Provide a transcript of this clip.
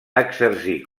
exercí